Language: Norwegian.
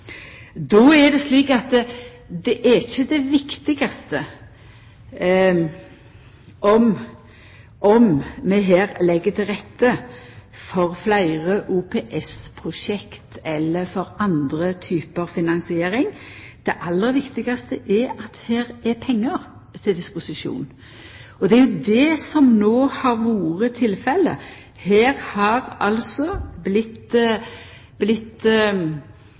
Det er ikkje det viktigaste om vi her legg til rette for fleire OPS-prosjekt, eller for andre typar finansiering. Det aller viktigaste er at det her er pengar til disposisjon. Det er det som no har vore tilfellet. Det har